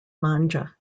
manga